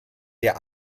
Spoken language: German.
der